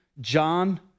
John